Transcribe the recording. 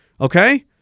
okay